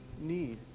need